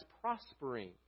prospering